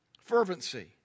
Fervency